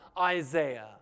Isaiah